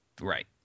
Right